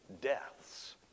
deaths